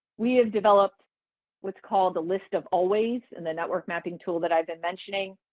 we have developed what's called the list of always in the network mapping tool that i've been mentioning.